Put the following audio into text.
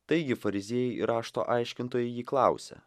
taigi fariziejai ir rašto aiškintojai jį klausia